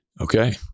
Okay